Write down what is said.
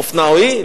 אופנעואי?